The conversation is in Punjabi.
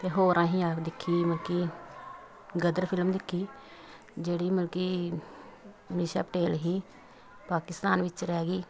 ਅਤੇ ਹੋਰ ਅਸੀਂ ਦੇਖੀ ਮਲ ਕਿ ਗਦਰ ਫਿਲਮ ਦੇਖੀ ਜਿਹੜੀ ਮਲ ਕਿ ਅਮੀਸ਼ਾ ਪਟੇਲ ਸੀ ਪਾਕਿਸਤਾਨ ਵਿੱਚ ਰਹਿ ਗਈ